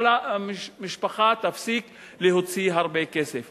שהמשפחה תפסיק להוציא הרבה כסף.